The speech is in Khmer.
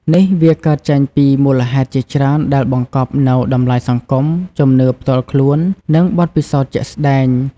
នេះវាកើតចេញពីមូលហេតុជាច្រើនដែលបង្កប់នូវតម្លៃសង្គម ជំនឿផ្ទាល់ខ្លួន និងបទពិសោធន៍ជាក់ស្ដែង។